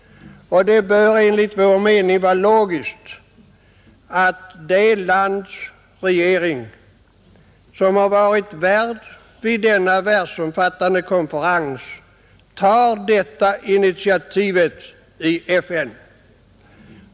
Och det bör enligt vår mening vara logiskt att det lands regering som varit värd vid denna världsomfattande konferens tar detta initiativ i FN.